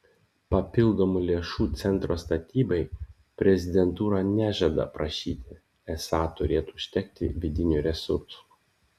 papildomų lėšų centro statybai prezidentūra nežada prašyti esą turėtų užtekti vidinių resursų